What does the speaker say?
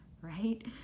right